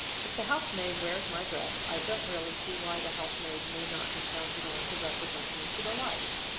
if the house-maid wears my dress, i don't really see why the house-maid may not be counted on to represent me to the life.